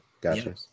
Gotcha